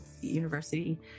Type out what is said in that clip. university